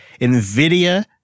NVIDIA